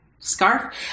scarf